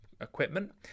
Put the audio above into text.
equipment